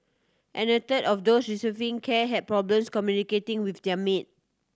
and a third of those receiving care had problems communicating with their maid